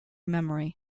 memory